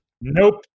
nope